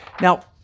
Now